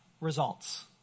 results